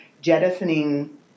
jettisoning